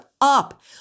up